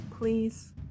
Please